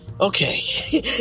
Okay